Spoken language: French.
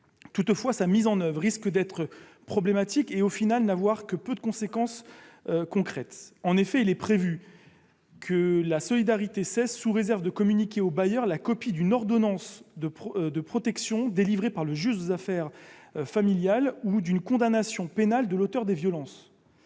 Toutefois, sa mise en oeuvre risque d'être problématique et, au final, de n'avoir que peu de conséquences concrètes. En effet, il est prévu que la solidarité cesse sous réserve de communiquer au bailleur la copie d'une ordonnance de protection délivrée par le juge aux affaires familiales ou d'une condamnation pénale de l'auteur des violences.